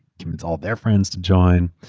convince all their friends to join.